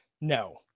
No